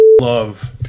Love